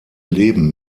leben